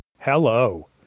Hello